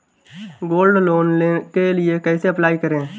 Gold loan के लिए कैसे अप्लाई करें?